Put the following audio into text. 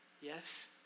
yes